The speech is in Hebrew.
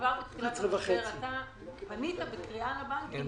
שכבר מתחילת המשבר אתה פנית בקריאה לבנקים